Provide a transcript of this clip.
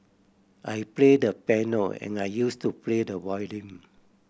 I play the piano and I use to play the violin